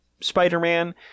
Spider-Man